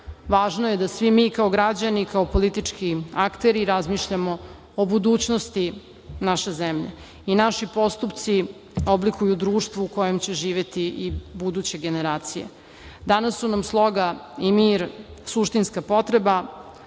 važno je da svi mi kao građani i kao politički akteri razmišljamo o budućnosti naše zemlje i naši postupci oblikuju društvo u kojem će živeti i buduće generacije. Danas su nam sloga i mir suštinska potreba,